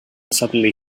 suddenly